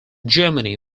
germany